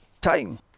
time